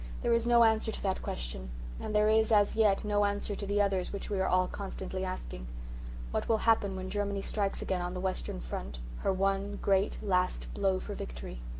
there is no answer to that question and there is, as yet, no answer to the other which we are all constantly asking what will happen when germany strikes again on the western front her one great, last blow for victory!